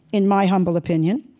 in my humble opinion.